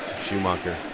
Schumacher